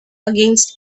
against